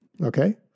Okay